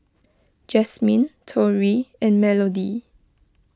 Jasmine Torey and Melodee